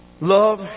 Love